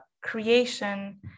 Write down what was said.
creation